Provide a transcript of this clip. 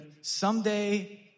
someday